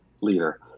leader